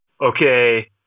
okay